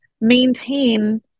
maintain